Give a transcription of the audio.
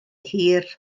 hir